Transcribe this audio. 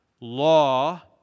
law